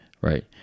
Right